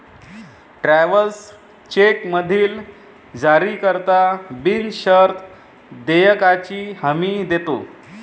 travellers चेकमधील जारीकर्ता बिनशर्त देयकाची हमी देतो